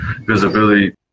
visibility